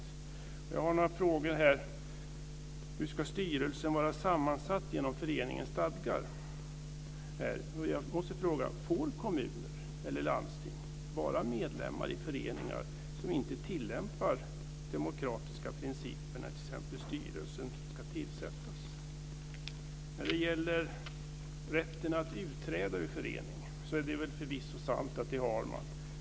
Jag har några frågor. Hur ska styrelsen vara sammansatt enligt föreningens stadgar? Får kommuner eller landsting vara medlemmar i föreningar som inte tillämpar demokratiska principer, t.ex. när styrelsen ska tillsättas? Det är förvisso sant att man har rätt att utträda ur föreningen.